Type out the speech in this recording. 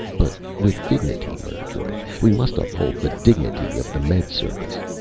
but with dignity, murgatroyd! we must uphold the dignity of the med service!